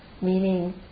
meaning